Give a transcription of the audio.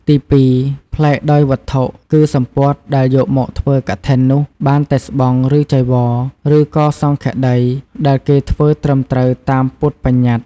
ទីពីរ ប្លែកដោយវត្ថុ គឺសំពត់ដែលយកមកធ្វើកឋិននោះបានតែស្បង់ ឬចីវរ ឬក៏សង្ឃាដី ដែលគេធ្វើត្រឹមត្រូវតាមពុទ្ធប្បញ្ញត្តិ។